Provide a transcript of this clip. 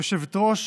יושבת-ראש